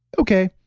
okay.